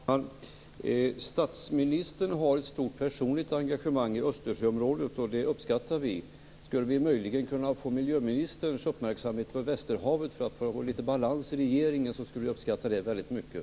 Herr talman! Statsministern har ett stort personligt engagemang i Östersjöområdet, och det uppskattar vi. Skulle vi möjligen kunna få miljöministerns uppmärksamhet på västerhavet för att få litet balans i regeringen, skulle vi uppskatta det väldigt mycket.